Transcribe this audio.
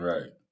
Right